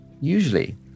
usually